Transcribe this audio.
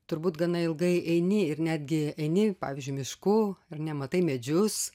turbūt gana ilgai eini ir netgi eini pavyzdžiui mišku ar ne matai medžius